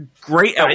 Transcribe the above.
Great